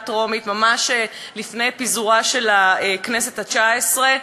טרומית ממש לפני פיזור הכנסת התשע-עשרה.